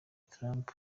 trump